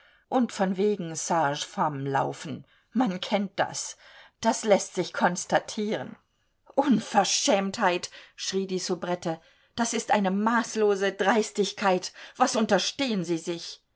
und von wegen sage femme laufen man kennt das das läßt sich konstatieren unverschämtheit schrie die soubrette das ist eine maßlose dreistigkeit was unterstehen sie sich